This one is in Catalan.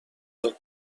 del